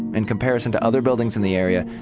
in comparison to other buildings in the area,